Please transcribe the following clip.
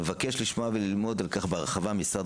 נבקש לשמוע וללמוד על כך בהרחבה ממשרד